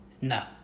No